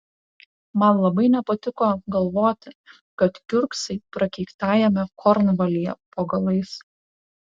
man labai nepatiko galvoti kad kiurksai prakeiktajame kornvalyje po galais